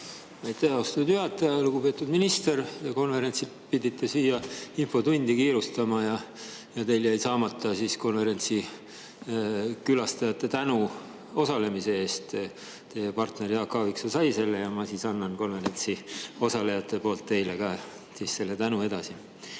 Aitäh, austatud juhataja! Lugupeetud minister! Konverentsilt pidite siia infotundi kiirustama ja teil jäi saamata konverentsi külastajate tänu osalemise eest. Teie partner Jaak Aaviksoo sai selle ja ma annan konverentsil osalejate poolt tänu ka teile edasi.